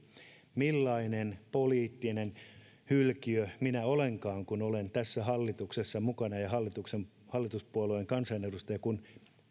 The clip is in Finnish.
millainen poliittinen hylkiö minä olenkaan kun olen tässä hallituksessa mukana ja hallituspuolueen kansanedustaja kun